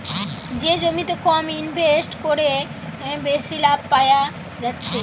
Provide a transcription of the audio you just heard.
যে জমিতে কম ইনভেস্ট কোরে বেশি লাভ পায়া যাচ্ছে